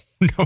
no